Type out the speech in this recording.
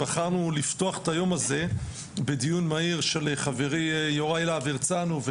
בחרנו לפתוח את היום הזה בדיון מהיר של חברי יוראי להב הרצנו,